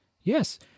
Yes